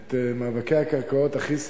את מאבקי הקרקעות הכי סוערים,